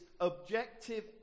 objective